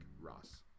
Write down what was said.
ross